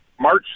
March